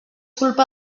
culpa